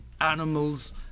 animals